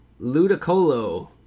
Ludicolo